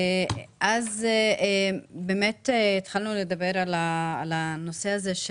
ואז התחלנו לדבר על הנושא הזה.